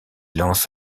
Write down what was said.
lance